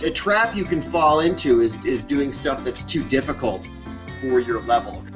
ah trap you can fall into is is doing stuff that's too difficult for your level.